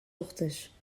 ochtends